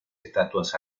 estatuas